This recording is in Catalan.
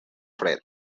fred